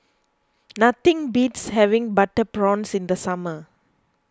nothing beats having Butter Prawns in the summer